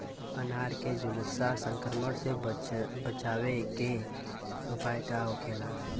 अनार के झुलसा संक्रमण से बचावे के उपाय का होखेला?